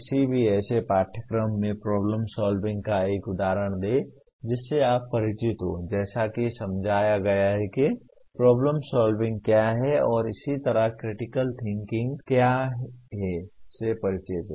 किसी भी ऐसे पाठ्यक्रम में प्रॉब्लम सॉल्विंग का एक उदाहरण दें जिससे आप परिचित हों जैसा कि समझाया गया है कि प्रॉब्लम सॉल्विंग क्या है और इसी तरह क्रिटिकल थिंकिंग क्या है से परिचित हैं